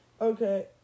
Okay